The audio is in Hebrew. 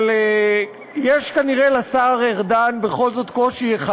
אבל יש כנראה לשר ארדן בכל זאת קושי אחד: